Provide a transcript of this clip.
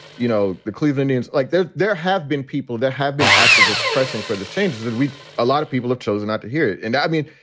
you know, the cleeve indians, like there there have been people that have been activists pressing for the changes that we a lot of people have chosen not to hear. and i mean,